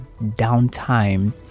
downtime